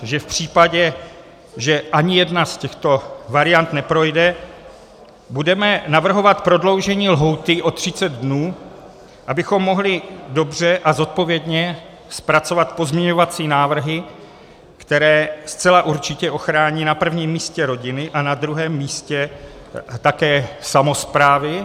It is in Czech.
V případě, že ani jedna z těchto variant neprojde, budeme navrhovat prodloužení lhůty o 30 dnů, abychom mohli dobře a zodpovědně zpracovat pozměňovací návrhy, které zcela určitě ochrání na prvním místě rodiny a na druhém místě také samosprávy.